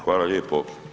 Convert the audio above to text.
Hvala lijepo.